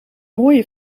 mooie